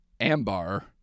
ambar